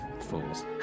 Fools